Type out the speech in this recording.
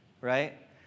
right